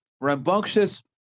rambunctious